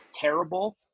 terrible